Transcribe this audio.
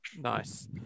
Nice